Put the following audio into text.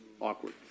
Awkward